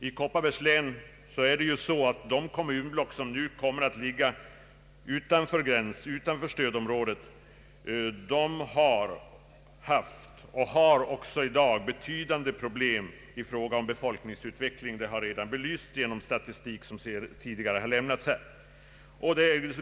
I Kopparbergs län har de kommunblock, som nu kommer att ligga utanför stödområdet, haft och har också i dag betydande problem i fråga om befolkningsutvecklingen, Detta har belysts genom statistik som tidigare anförts här.